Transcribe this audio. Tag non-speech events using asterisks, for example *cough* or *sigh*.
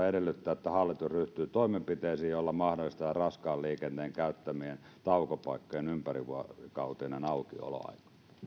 *unintelligible* edellyttää että hallitus ryhtyy toimenpiteisiin joilla mahdollistetaan raskaan liikenteen käyttämien taukopaikkojen ympärivuorokautinen aukioloaika